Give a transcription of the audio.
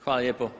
Hvala lijepo.